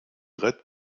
red